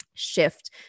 shift